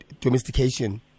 domestication